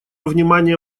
внимание